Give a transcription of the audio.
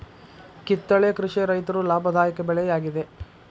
ಕಿತ್ತಳೆ ಕೃಷಿಯ ರೈತರು ಲಾಭದಾಯಕ ಬೆಳೆ ಯಾಗಿದೆ